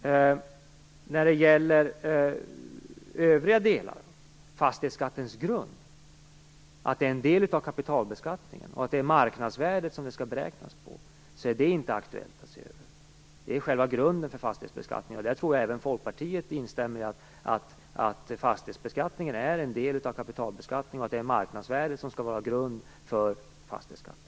När det gäller övriga delar, att fastighetsskattens grund är en del av kapitalbeskattningen och att det är marknadsvärdet som det skall beräknas på, är det inte aktuellt att göra en översyn. Det här är ju själva grunden för fastighetsbeskattningen. Jag tror att även Folkpartiet instämmer i att fastighetsbeskattningen är en del av kapitalbeskattningen och att marknadsvärdet skall vara grunden för fastighetsskatten.